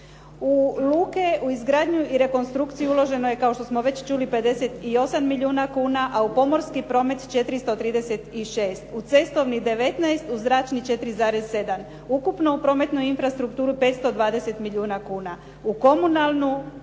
U luke, u izgradnju i rekonstrukciju uloženo je kao što smo već čuli 58 milijuna kuna, a u pomorski promet 436. U cestovni 19, u zračni 4,7. Ukupno u prometnu infrastrukturu 520 milijuna kuna. U komunalnu